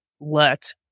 let